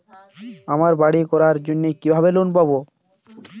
আমি বাড়ি করার জন্য কিভাবে লোন পাব?